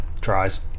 tries